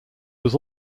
was